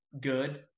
good